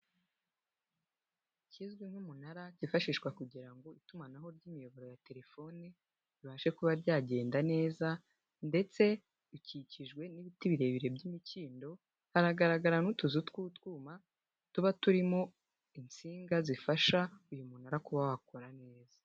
Ikizwi nk'umunara cyifashishwa kugira ngo itumanaho ry'imiyoboro ya telefoni, ribashe kuba ryagenda neza ndetse bikikijwe n'ibiti birebire by'imikindo, haragaragara n'utuzu tw'utwuma, tuba turimo insinga zifasha, uyu munara kuba wakora neza.